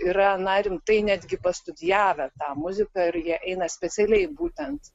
yra na rimtai netgi pastudijavę tą muziką ir jie eina specialiai būtent